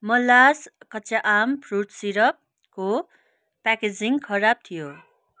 मालास् कच्चा आम फ्रुट सिरपको प्याकेजिङ खराब थियो